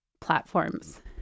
platforms